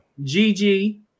GG